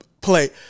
play